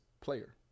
player